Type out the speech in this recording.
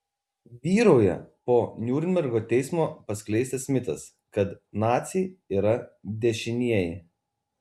vyrauja po niurnbergo teismo paskleistas mitas kad naciai yra dešinieji